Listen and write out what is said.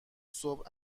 صبح